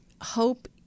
hope